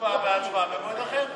תשובה והצבעה במועד אחר.